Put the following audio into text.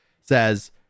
says